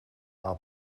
are